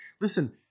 listen